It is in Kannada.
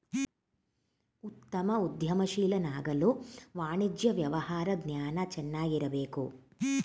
ಉತ್ತಮ ಉದ್ಯಮಶೀಲನಾಗಲು ವಾಣಿಜ್ಯ ವ್ಯವಹಾರ ಜ್ಞಾನ ಚೆನ್ನಾಗಿರಬೇಕು